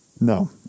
No